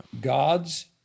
God's